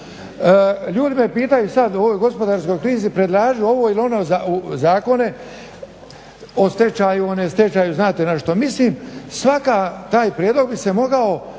Ljudi me pitaju sad u ovoj gospodarskoj krizi predlažu ovo ili ono zakone, o stečaju, o ne stečaju. Znate na što mislim. Svaki taj prijedlog bi se mogao